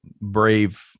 brave